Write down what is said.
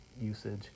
usage